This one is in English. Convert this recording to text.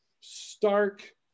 stark